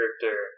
character